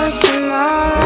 tomorrow